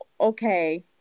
okay